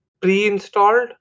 pre-installed